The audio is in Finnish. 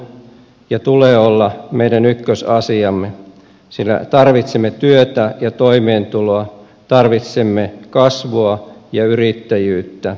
työllisyys on ja sen tulee olla meidän ykkösasiamme sillä tarvitsemme työtä ja toimeentuloa tarvitsemme kasvua ja yrittäjyyttä